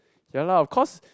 ya lah of course